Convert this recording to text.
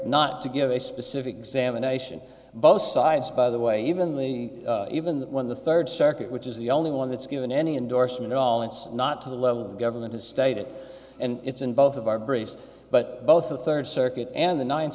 not to give a specific examination both sides by the way even they even that when the third circuit which is the only one that's given any indorsement at all it's not to the level of government to state it and it's in both of our brief but both the third circuit and the ninth